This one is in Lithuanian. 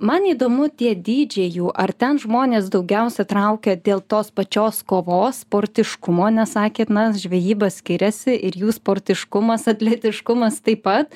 man įdomu tie dydžiai jų ar ten žmonės daugiausiai traukė dėl tos pačios kovos sportiškumo nes sakėt n žvejyba skiriasi ir jų sportiškumas atletiškumas taip pat